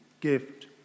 gift